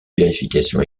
vérification